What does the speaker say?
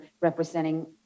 representing